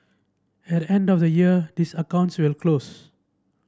at end of the year these accounts will close